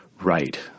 Right